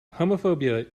homophobia